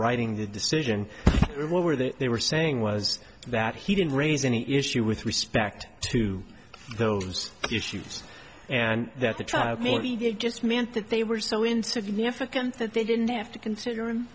writing the decision what were the they were saying was that he didn't raise any issue with respect to those issues and that the trial just meant that they were so insignificant that they didn't have to consider him